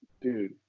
dude